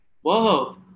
Whoa